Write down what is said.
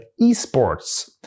eSports